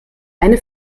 eine